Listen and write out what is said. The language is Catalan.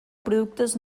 productes